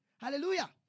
Hallelujah